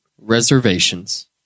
reservations